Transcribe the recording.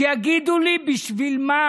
שיגידו לי, בשביל מה